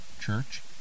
Church